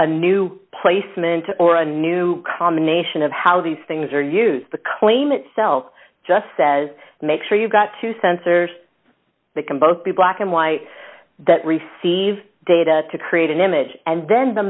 a new placement or a new combination of how these things are used the claim itself just says make sure you've got two sensors that can both be black and white that receive data to create an image and then the